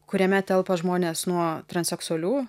kuriame telpa žmonės nuo transseksualių